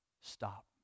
stop